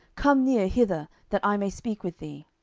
come near hither, that i may speak with thee.